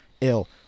ill